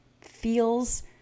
feels